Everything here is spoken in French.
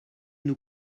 nous